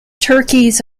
turkeys